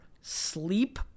Sleep